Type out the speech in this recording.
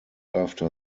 after